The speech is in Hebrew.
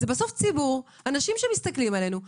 זה בסוף ציבור, אנשים שמסתכלים עלינו ואומרים: